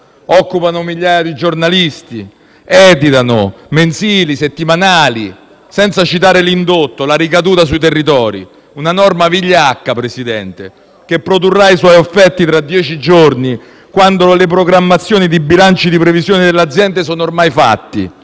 occupano migliaia di giornalisti, editano mensili e settimanali, senza citare l'indotto e la ricaduta sui territori. È una norma vigliacca, signor Presidente, che produrrà i suoi affetti tra dieci giorni, quando le programmazioni dei bilanci di previsione delle aziende sono ormai fatte.